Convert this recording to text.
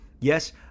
Yes